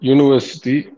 University